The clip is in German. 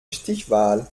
stichwahl